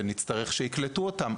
נצטרך שיקלטו אותם,